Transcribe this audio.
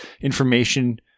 information